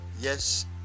yes